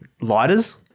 lighters